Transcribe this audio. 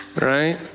right